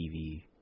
TV